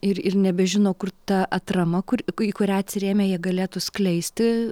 ir ir nebežino kur ta atrama kur į kurią atsirėmę jie galėtų skleisti